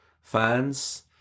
fans